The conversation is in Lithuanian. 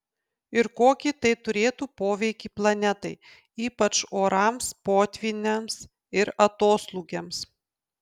ir kokį tai turėtų poveikį planetai ypač orams potvyniams ir atoslūgiams